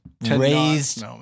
raised